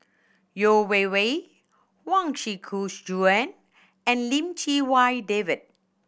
Yeo Wei Wei Huang Shiqi Joan and Lim Chee Wai David